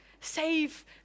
Save